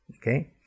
Okay